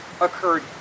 occurred